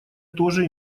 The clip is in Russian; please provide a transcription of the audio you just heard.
тоже